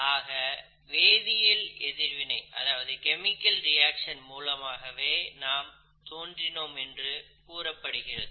ஆக வேதியியல் எதிர்வினை மூலமாகவே நாம் தோன்றினோம் என்று கூறப்படுகிறது